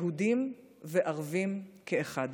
יהודים וערבים כאחד.